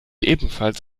ebenfalls